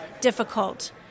difficult